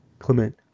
Clement